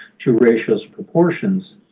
to ratios proportions,